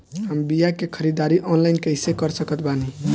हम बीया के ख़रीदारी ऑनलाइन कैसे कर सकत बानी?